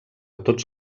tots